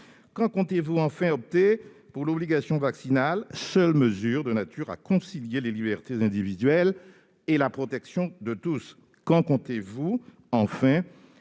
Quand comptez-vous enfin opter pour l'obligation vaccinale, seule mesure de nature à concilier les libertés individuelles et la protection de tous ? Quand comptez-vous enfin